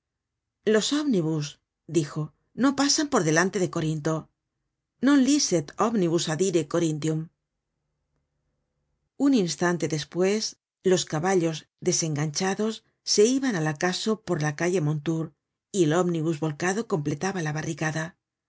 los omnibus dijo no pasan por delante de corinto non licet omnibus adire corynthum un instante despues los caballos desenganchados se iban al acaso por la calle mondetour y el omnibus volcado completaba la barricada la